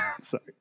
Sorry